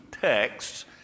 texts